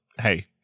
Hey